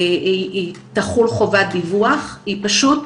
תחול חובת דיווח, היא פשוט